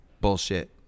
bullshit